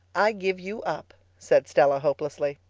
i give you up, said stella hopelessly.